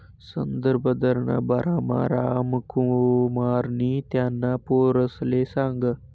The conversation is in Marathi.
संदर्भ दरना बारामा रामकुमारनी त्याना पोरसले सांगं